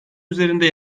üzerinde